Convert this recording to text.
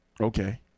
Okay